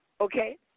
okay